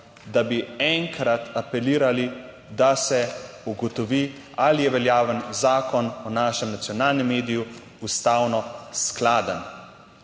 da bi enkrat apelirali, da se ugotovi, ali je veljaven zakon o našem nacionalnem mediju ustavno skladen.